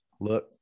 Look